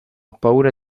paura